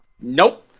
Nope